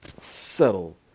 settle